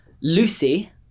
Lucy